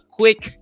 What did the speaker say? quick